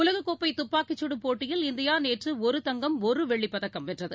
உலககோப்பைதுப்பாக்கிச் சுடும் போட்டியில் இந்தியாநேற்றுஒரு தங்கம் ஒருவெள்ளிப் பதக்கம் வென்றது